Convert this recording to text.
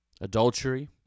Adultery